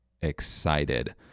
excited